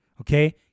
Okay